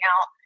out